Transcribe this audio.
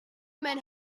men